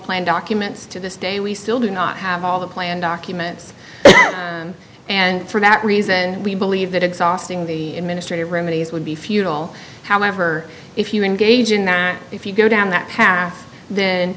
planned documents to this day we still do not have all the plan documents and for that reason we believe that exhausting the administrative remedies would be futile however if you engage in that if you go down that path then